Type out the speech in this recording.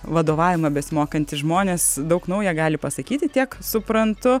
vadovavimą besimokantys žmonės daug nauja gali pasakyti tiek suprantu